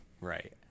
Right